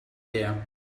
there